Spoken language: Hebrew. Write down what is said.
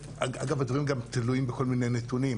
אגב, הדברים גם תלויים בכל מיני נתונים.